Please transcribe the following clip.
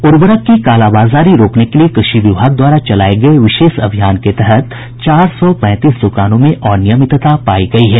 उर्वरक की कालाबाजारी रोकने के लिए कृषि विभाग द्वारा चलाये गये विशेष अभियान के तहत चार सौ पैंतीस दुकानों में अनियमितता पायी गयी है